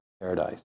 paradise